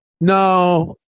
No